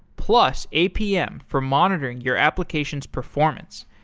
plus apm for monitoring your application's performance.